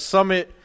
Summit